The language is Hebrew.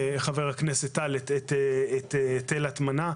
חבר הכנסת טל, את היטל ההטמנה.